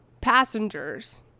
passengers